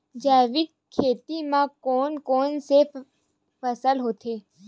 जैविक खेती म कोन कोन से फसल होथे?